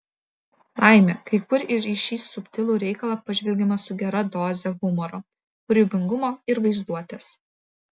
laimė kai kur ir į šį subtilų reikalą pažvelgiama su gera doze humoro kūrybingumo ir vaizduotės